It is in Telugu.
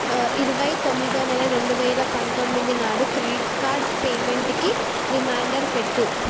ఇరవై తొమ్మిదవ నెల రెండువేల పంతొమ్మిది నాడు క్రెడిట్ కార్డ్ పేమెంటుకి రిమైండర్ పెట్టు